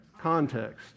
context